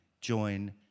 join